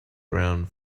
around